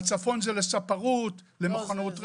בצפון מדובר בהסבה לספרות, מכונאות רכב,